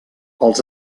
els